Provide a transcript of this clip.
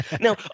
Now